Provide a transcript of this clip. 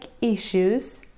issues